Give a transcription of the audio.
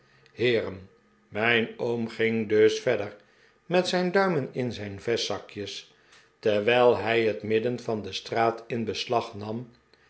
heeren mijn oom ging dus verder met zijn duimen in zijn vestzakjes terwijl hij het midden van de straat in beslag nam